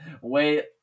wait